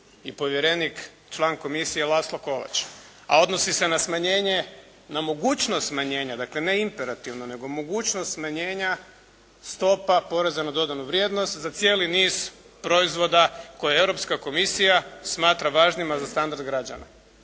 i povjerenik, član komisije Laszlo Kovacs, a odnosi se na smanjenje, mogućnost smanjenja, dakle ne imperativno nego mogućnost smanjenja stopa poreza na dodanu vrijednost za cijeli niz proizvoda koje Europska komisija smatra važnima za standard građana.